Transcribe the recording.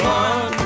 one